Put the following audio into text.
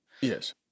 Yes